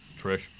Trish